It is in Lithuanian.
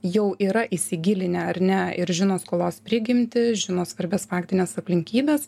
jau yra įsigilinę ar ne ir žino skolos prigimtį žino svarbias faktines aplinkybes